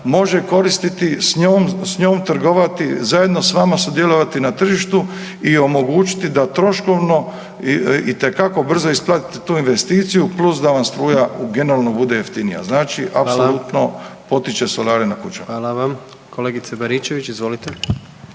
može koristiti s njom, trgovati, zajedno s vama sudjelovati na tržištu i omogućiti da troškovno itekako brzo isplatite tu investiciju, plus da vam struja u generalno bude jeftinija, znači apsolutno potiče solare na kućama. **Jandroković, Gordan